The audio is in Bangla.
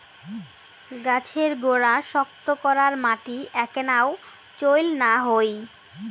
গছের গোড়া শক্ত করার মাটি এ্যাকনাও চইল না হই